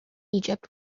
egypt